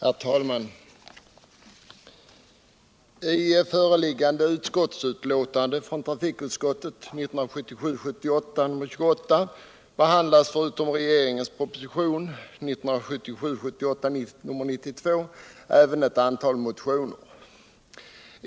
Herr talman! I föreliggande utskottsbetänkande från trafikutskottet, 1977 78:92 även ett antal motioner.